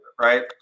right